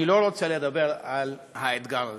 אני לא רוצה לדבר על האתגר הזה,